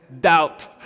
doubt